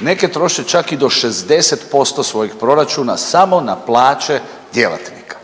Neke troše čak i do 60% svojih proračuna samo na plaće djelatnika.